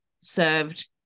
served